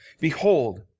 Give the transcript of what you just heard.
behold